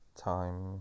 Time